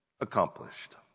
accomplished